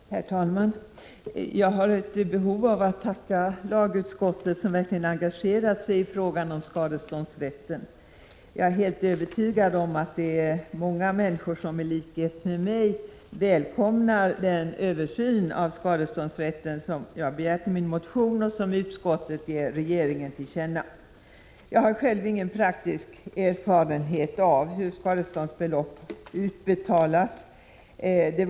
Herr talman! Jag har ett behov av att tacka lagutskottet, som verkligen engagerat sig i frågan om skadeståndsrätten. Jag är helt övertygad om att många människor i likhet med mig välkomnar den översyn av skadeståndsrätten som jag har begärt i min motion och som utskottet vill att riksdagen skall göra ett tillkännagivande till regeringen om. Jag har själv ingen praktisk erfarenhet av hur skadeståndsbelopp utbetalas.